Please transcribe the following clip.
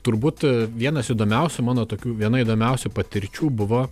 turbūt vienas įdomiausių mano tokių viena įdomiausių patirčių buvo